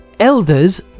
Elders